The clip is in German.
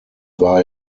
war